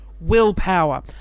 Willpower